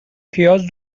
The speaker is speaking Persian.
پیاز